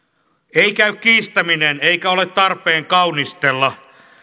ei käy kiistäminen eikä ole tarpeen kaunistella